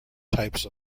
types